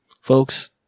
folks